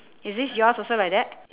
is this your's also like that